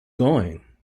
going